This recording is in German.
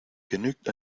genügt